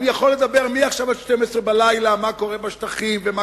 ואני יכול לדבר מעכשיו עד 24:00 מה קורה בשטחים ומה